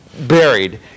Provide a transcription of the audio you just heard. buried